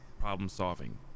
problem-solving